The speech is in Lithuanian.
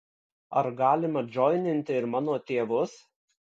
ar galima džoininti ir mano tėvus